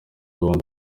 bombi